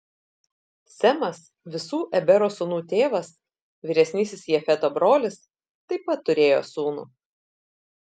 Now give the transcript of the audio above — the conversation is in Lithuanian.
semas visų ebero sūnų tėvas vyresnysis jafeto brolis taip pat turėjo sūnų